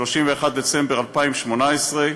31 בדצמבר 2018,